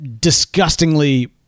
disgustingly